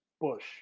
Bush